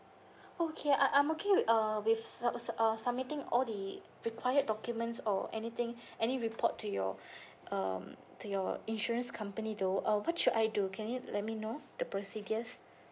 okay I'm I'm okay with uh with sub~ uh submitting all the required documents or anything any report to your um to your insurance company though uh what should I do can you let me know the procedures